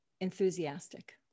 enthusiastic